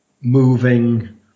moving